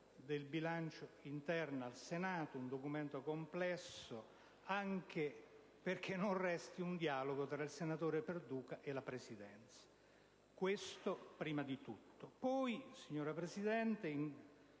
di bilancio interno del Senato, un documento complesso, anche perché non resti un dialogo tra il senatore Perduca e la Presidenza. Questo prima di tutto. Poi, signora Presidente, in